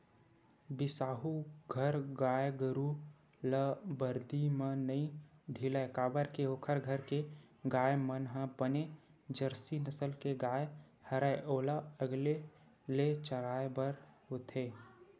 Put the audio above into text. बिसाहू घर गाय गरु ल बरदी म नइ ढिलय काबर के ओखर घर के गाय मन ह बने जरसी नसल के गाय हरय ओला अलगे ले चराय बर होथे